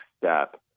step